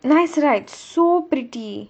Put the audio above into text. nice right so pretty